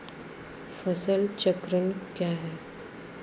फसल चक्रण क्या है?